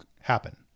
happen